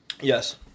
Yes